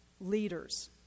leaders